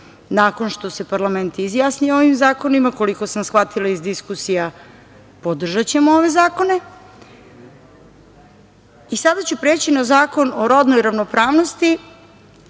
nakon što se parlament izjasni o ovim zakonima. Koliko sam shvatila iz diskusija, podržaćemo ove zakone. Sada ću preći na Zakon o rodnoj ravnopravnosti